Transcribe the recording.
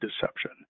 deception